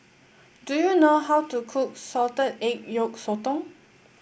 do you know how to cook Salted Egg Yolk Sotong